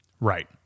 Right